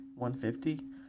150